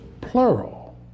plural